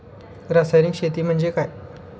रासायनिक शेती म्हणजे काय?